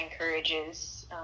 encourages